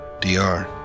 DR